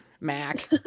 Mac